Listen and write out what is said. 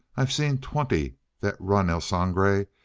i've seen twenty that run el sangre,